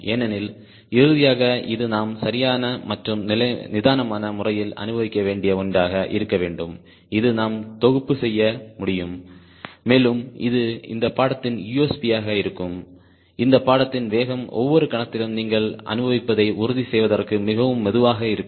ஏனெனில் இறுதியாக இது நாம் சரியான மற்றும் நிதானமான முறையில் அனுபவிக்க வேண்டிய ஒன்றாக இருக்க வேண்டும் இது நாம் தொகுப்பு செய்ய முடியும் மேலும் இது இந்த பாடத்தின் USP யாக இருக்கும் இந்த பாடத்தின் வேகம் ஒவ்வொரு கணத்திலும் நீங்கள் அனுபவிப்பதை உறுதி செய்வதற்கு மிகவும் மெதுவாக இருக்கும்